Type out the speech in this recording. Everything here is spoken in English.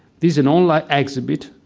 there's an online exhibit,